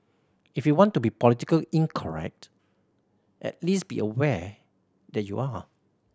if you want to be political incorrect at least be aware that you are